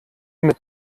mit